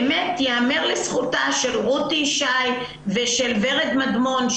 באמת ייאמר לזכותה של רותי ישי ושל ורד מדמון,